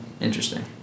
Interesting